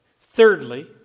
Thirdly